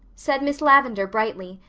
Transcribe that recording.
said miss lavendar brightly,